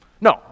No